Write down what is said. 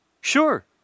Sure